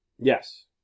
Yes